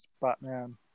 Batman